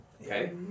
Okay